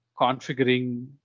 configuring